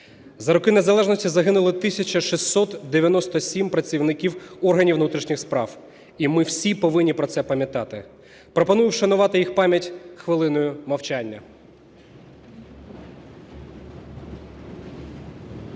За роки незалежності загинули 1 тисяча 697 працівників органів внутрішніх справ, і ми всі повинні про це пам'ятати. Пропоную вшанувати їх пам'ять хвилиною мовчання